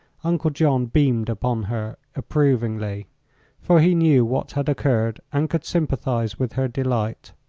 uncle john beamed upon her approvingly for he knew what had occurred and could sympathize with her delight.